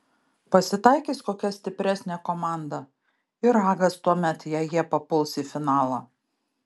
pasitaikys kokia stipresnė komanda ir ragas tuomet jei jie papuls į finalą